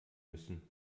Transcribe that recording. müssen